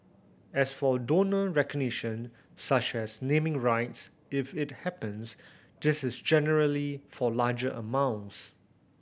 as for donor recognition such as naming rights if it happens this is generally for larger amounts